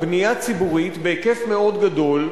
בנייה ציבורית של דירות בהיקף מאוד גדול,